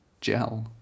gel